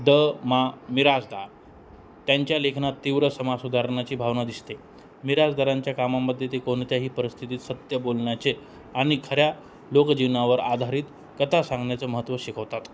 the Ma Mirajdar त्यांच्या लेखनात तीव्र समाज सुधारणाची भावना दिसते मिराजदारांच्या कामामध्ये ते कोणत्याही परिस्थितीत सत्य बोलण्याचे आणि खऱ्या लोकजीवनावर आधारित कथा सांगण्याचं महत्त्व शिकवतात